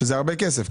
זה המון כסף.